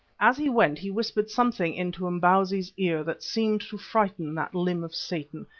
as he went he whispered something into imbozwi's ear that seemed to frighten that limb of satan,